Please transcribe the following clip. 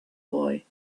boy